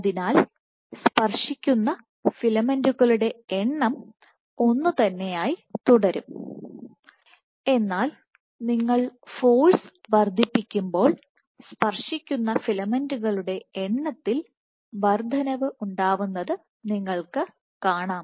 അതിനാൽ സ്പർശിക്കുന്ന ഫിലമെന്റുകളുടെ എണ്ണം ഒന്ന് തന്നെയായി തുടരും എന്നാൽ നിങ്ങൾ ഫോഴ്സ് വർദ്ധിപ്പിക്കുമ്പോൾ സ്പർശിക്കുന്ന ഫിലമെന്റുകളുടെ എണ്ണത്തിൽ വർദ്ധനവ് ഉണ്ടാവുന്നത് നിങ്ങൾക്ക് കാണാം